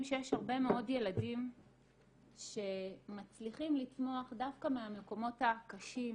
שיש הרבה מאוד ילדים שמצליחים לצמוח דווקא מהמקומות הקשים,